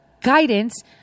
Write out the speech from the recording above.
guidance